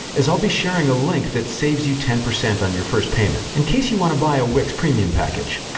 as i'll also be sharing a link that saves you ten percent on your first payment in case you want to buy a wix premium package.